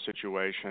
situation